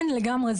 כן, לגמרי.